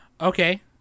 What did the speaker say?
Okay